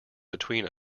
between